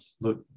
Look